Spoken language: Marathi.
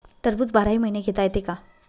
टरबूज बाराही महिने घेता येते का?